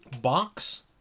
box